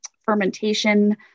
fermentation